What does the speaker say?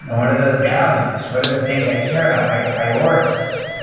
what are the values? what are the things i care about, my priorities?